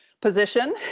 position